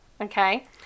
Okay